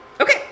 Okay